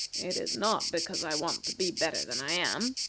it is not because i want to be better than i am,